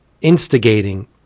instigating